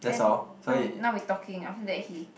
then now we now we talking after that he